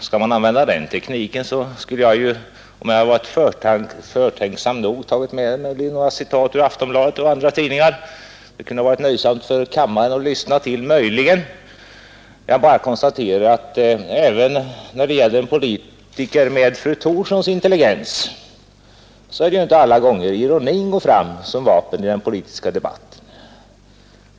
Skall man använda den tekniken, skulle naturligtvis jag, — om jag hade varit förtänksam nog, ha tagit med några citat ur ÅAganderätten Aftonbladet och andra tidningar på den kanten; de skulle möjligen ha till naturresurser varit nöjsamma för kammaren att lyssna på. Men jag bara konstaterar att — under markytan även när det gäller en politiker med fru Thorssons intelligens är det inte alla gånger ironin går fram som vapen i den politiska debatten.